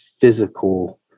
physical